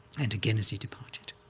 and again as he departed.